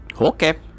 Okay